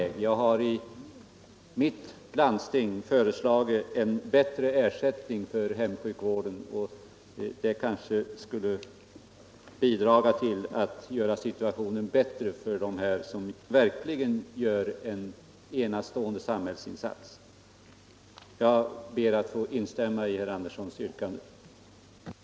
Onsdagen den Jag har i mitt hemläns landsting föreslagit en ökad ersättning för hem 2 april 1975 sjukvården, och det skulle kanske bidraga till att förbättra situationen för människor som verkligen gör en enastående samhällsinsats. Sjukförsäkringsför Jag ber att få instämma i herr Anderssons yrkande. måner till dem som begärt undantagan